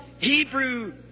Hebrew